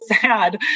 sad